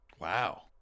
Wow